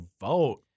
vote